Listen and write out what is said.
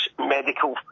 medical